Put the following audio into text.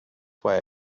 why